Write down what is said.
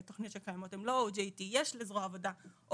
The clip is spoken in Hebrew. רוב התוכניות שקיימות הן לא OJT. יש לזרוע העבודה OJT,